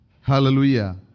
Hallelujah